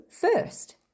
first